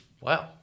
Wow